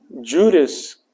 Judas